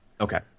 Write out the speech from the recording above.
Okay